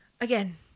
Again